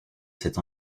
cette